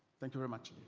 thank you very much.